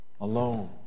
alone